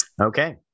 Okay